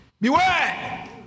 Beware